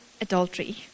adultery